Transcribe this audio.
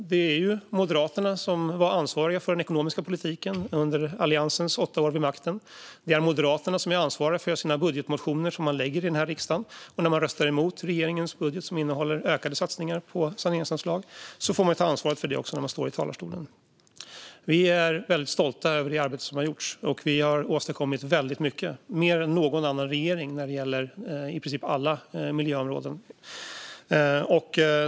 Moderaterna var ansvariga för den ekonomiska politiken under Alliansens åtta år vid makten. Det är Moderaterna som är ansvariga för de budgetmotioner som man väcker i riksdagen. När man röstar emot regeringens budget, som innehåller ökade satsningar på saneringsanslag, får man ta ansvar för det också när man står i talarstolen. Vi är stolta över det arbete som har gjorts, och vi har åstadkommit mycket. Vi har åstadkommit mer än någon annan regering på i princip alla miljöområden.